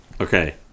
okay